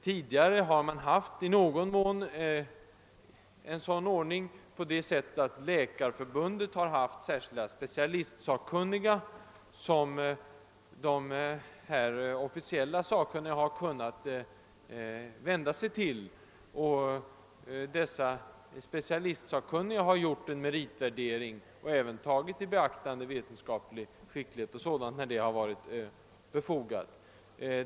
Tidigare har man tillämpat en ordning med särskilda av Läkarförbundet tillsatta specialistsakkunniga, till vilka de officiella sakkunniga har kunnat vända sig. Dessa specialistsakkunniga har gjort en meritvärdering och även tagit i beaktande vetenskaplig skicklighet och andra faktorer när så har varit befogat.